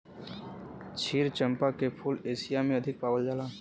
क्षीर चंपा के फूल एशिया में अधिक पावल जाला